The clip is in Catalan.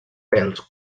pèls